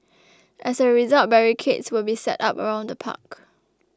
as a result barricades will be set up around the park